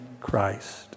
Christ